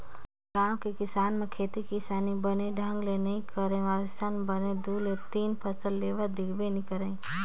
हमर गाँव के किसान मन खेती किसानी बने ढंग ले नइ करय पहिली असन बने दू ले तीन फसल लेवत देखबे नइ करव